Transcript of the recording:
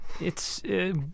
It's-